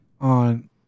on